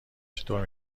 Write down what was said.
چطور